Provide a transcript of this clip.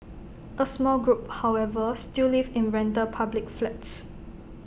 A small group however still live in rental public flats